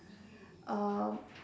um